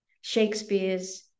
Shakespeare's